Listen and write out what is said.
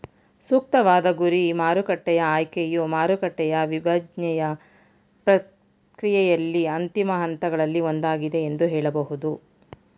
ಸೂಕ್ತವಾದ ಗುರಿ ಮಾರುಕಟ್ಟೆಯ ಆಯ್ಕೆಯು ಮಾರುಕಟ್ಟೆಯ ವಿಭಜ್ನೆಯ ಪ್ರಕ್ರಿಯೆಯಲ್ಲಿ ಅಂತಿಮ ಹಂತಗಳಲ್ಲಿ ಒಂದಾಗಿದೆ ಎಂದು ಹೇಳಬಹುದು